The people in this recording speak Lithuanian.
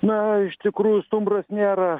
na iš tikrųjų stuburas nėra